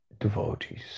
devotees